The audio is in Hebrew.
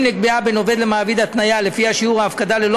אם נקבעה בין עובד למעביד התניה שלפיה שיעור ההפקדה ללא